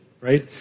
right